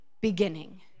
beginning